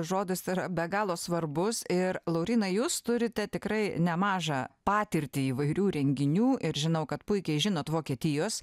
žodis yra be galo svarbus ir laurynai jūs turite tikrai nemažą patirtį įvairių renginių ir žinau kad puikiai žinot vokietijos